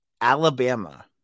Alabama